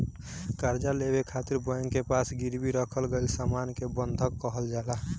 कर्जा लेवे खातिर बैंक के पास गिरवी रखल गईल सामान के बंधक कहल जाला